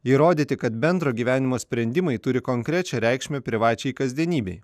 įrodyti kad bendro gyvenimo sprendimai turi konkrečią reikšmę privačiai kasdienybei